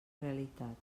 realitat